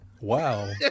Wow